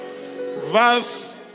verse